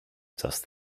just